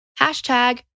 Hashtag